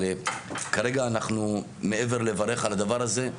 כרגע מעבר לברך על הדבר הזה,